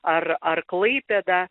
ar ar klaipėdą